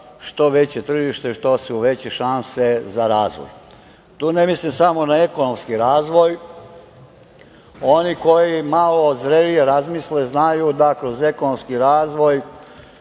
što veće tržište – to su veće šanse za razvoj. Tu ne mislim samo na ekonomski razvoj. Oni koji malo zrelije razmisle, znaju da kroz ekonomski razvoj